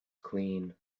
clean